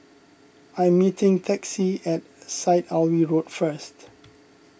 I am meeting Texie at Syed Alwi Road first